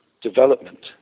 development